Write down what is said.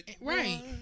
right